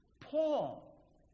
Paul